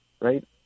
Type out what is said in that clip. right